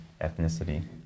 ethnicity